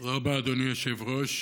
תודה רבה, אדוני היושב-ראש.